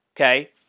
okay